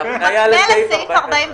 אנחנו הולכים על הצעת הפשרה,